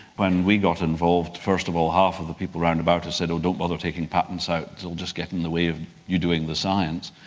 when we got involved, first of all half of the people around about us said oh don't bother taking patents out it'll just get in the way of you doing the science,